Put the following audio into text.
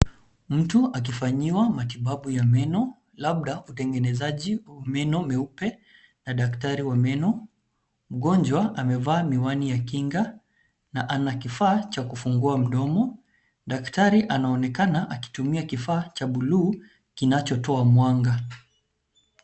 Mtu akifanyiwa matibabu ya meno labda utengenezaji meno meupe na daktari wa meno. Mgonjwa amevaa miwani ya kinga na ana kifaa cha kufungua mdomo. Daktari anaonekana kutumia kifaa cha buluu kinachotoa mwanga.